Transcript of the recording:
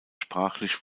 sprachlich